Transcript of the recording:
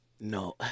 No